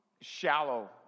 shallow